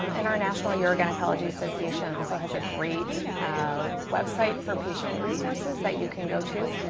um and our national urogynecology association also has a great website for patient resources that you can go to.